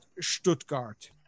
Stuttgart